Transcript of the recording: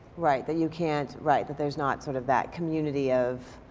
right. that you can't right. that there's not sort of that community of